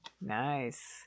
Nice